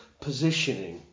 Positioning